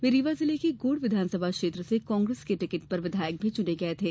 वे रीवा जिले के गुढ़ विधानसभा क्षेत्र से कांग्रेस के टिकट पर विधायक भी चुने गए थे